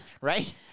Right